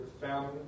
family